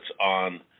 on